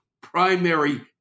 primary